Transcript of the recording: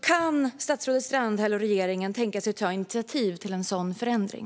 Kan statsrådet Strandhäll och regeringen tänka sig att ta initiativ till en sådan förändring?